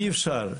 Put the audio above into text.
אי אפשר.